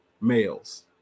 males